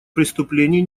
преступлений